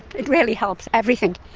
it really helps, everything,